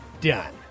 done